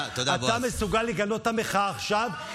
אתה מסוגל לגנות את המחאה עכשיו?